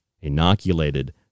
inoculated